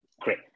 Great